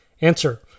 Answer